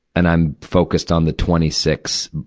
and i'm focused on the twenty six,